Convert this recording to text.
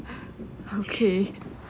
okay